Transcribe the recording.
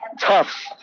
Tough